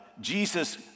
Jesus